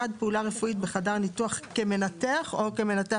(1) פעולה רפואית בחדר ניתוח כמנתח או מנתח